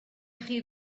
chi